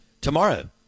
tomorrow